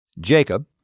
Jacob